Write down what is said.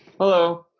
Hello